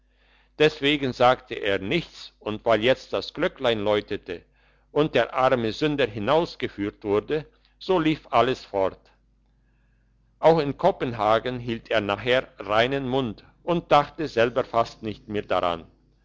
deswegen sagte er nichts und weil jetzt das glöcklein läutete und der arme sünder hinausgeführt wurde so lief alles fort auch in kopenhagen hielt er nachher reinen mund und dachte selber fast nicht mehr daran